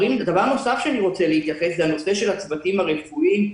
דבר נוסף שאני רוצה להתייחס אליו הוא נושא הצוותים הרפואיים.